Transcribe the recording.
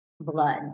blood